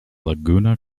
laguna